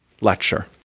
lecture